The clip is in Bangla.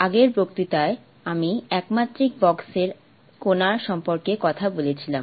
আগের বক্তৃতায় আমি একমাত্রিক বক্সের কণার সম্পর্কে কথা বলেছিলাম